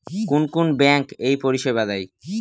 কোন কোন ব্যাঙ্ক এই পরিষেবা দেয়?